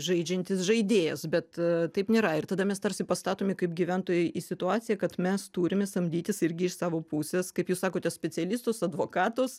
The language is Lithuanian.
žaidžiantis žaidėjas bet taip nėra ir tada mes tarsi pastatomi kaip gyventojai į situaciją kad mes turime samdytis irgi iš savo pusės kaip jūs sakote specialistus advokatus